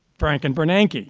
frank and bernanke.